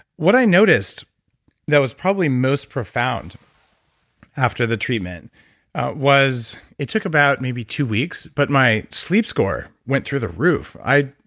what i noticed that was probably most profound after the treatment was it took about maybe two weeks, but my sleep score went through the roof.